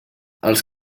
els